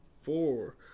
four